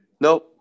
No